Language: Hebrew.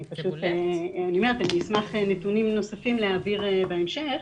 אני אשמח נתונים נוספים להעביר בהמשך,